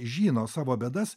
žino savo bėdas